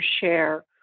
share